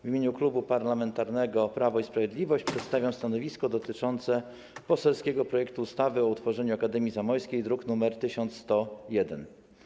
W imieniu Klubu Parlamentarnego Prawo i Sprawiedliwość przedstawiam stanowisko dotyczące poselskiego projektu ustawy o utworzeniu Akademii Zamojskiej, druk nr 1101.